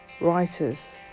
writers